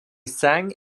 sang